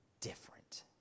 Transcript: different